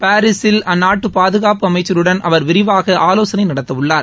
பாரிசில் அந்நாட்டு பாதுகாப்பு அமைச்சருடன் அவர் விரிவாக ஆலோசனை நடத்த உள்ளார்